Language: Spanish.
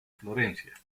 florencia